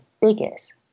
biggest